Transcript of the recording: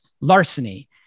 larceny